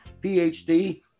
PhD